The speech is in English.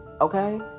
Okay